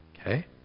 Okay